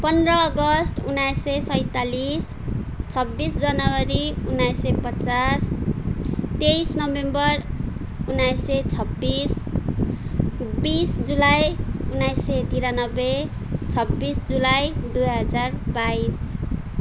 पन्ध्र अगस्ट उन्नाइस सय सैँतालिस छब्बिस जनवरी उन्नाइस सय पचास तेइस नोभेम्बर उन्नाइस सय छब्बिस बिस जुलाई उन्नाइस सय तिरानब्बे छब्बिस जुलाई दुई हजार बाइस